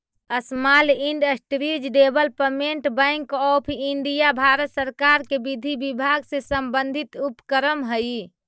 small Industries Development Bank of India Bharat सरकार के विधि विभाग से संबंधित उपक्रम हइ